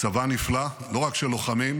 צבא נפלא, לא רק של לוחמים,